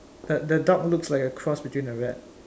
the the dog looks like a cross between a rat